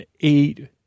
eight